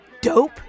dope